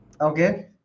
Okay